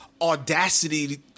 audacity